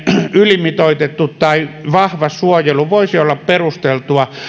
ylimitoitettu tai vahva suojelu voisi olla perusteltua